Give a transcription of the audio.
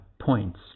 points